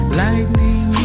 lightning